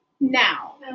Now